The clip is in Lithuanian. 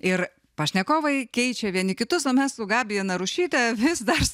ir pašnekovai keičia vieni kitus o mes su gabija narušytė vis dar